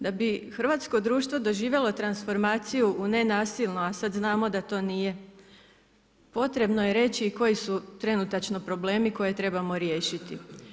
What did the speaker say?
Da bi hrvatsko društvo doživjelo transformaciju u nenasilno, a sad znamo da to nije potrebno je reći i koji su trenutačno problemi koje trebamo riješiti.